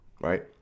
right